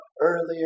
earlier